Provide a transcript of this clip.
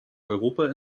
europa